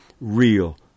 real